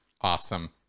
awesome